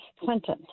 Clinton